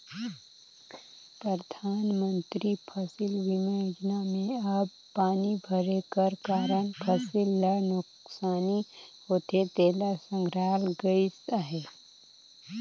परधानमंतरी फसिल बीमा योजना में अब पानी भरे कर कारन फसिल ल नोसकानी होथे तेला संघराल गइस अहे